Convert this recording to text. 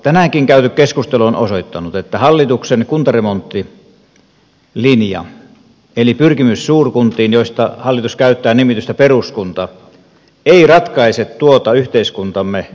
tänäänkin käyty keskustelu on osoittanut että hallituksen kuntaremonttilinja eli pyrkimys suurkuntiin joista hallitus käyttää nimitystä peruskunta ei ratkaise tuota yhteiskuntamme peruskysymystä